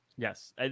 Yes